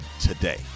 today